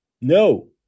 No